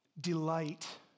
Delight